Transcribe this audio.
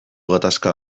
gatazka